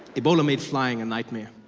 ebola made flying a nightmare.